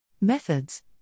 Methods